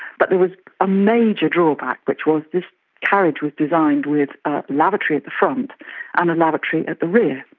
but there was a major drawback which was this carriage was designed with a lavatory at the front and a lavatory at the rear,